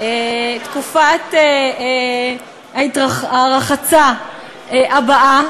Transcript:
תקופת הרחצה הבאה,